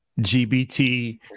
GBT